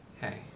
hey